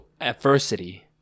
adversity